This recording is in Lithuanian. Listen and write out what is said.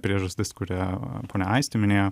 priežastis kurią ponia aistė minėjo